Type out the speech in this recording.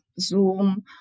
Zoom